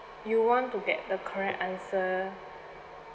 you want to get the correct answer